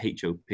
HOP